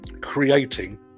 creating